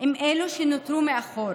עם אלו שנותרו מאחור,